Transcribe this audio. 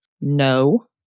No